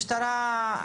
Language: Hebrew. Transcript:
משטרה,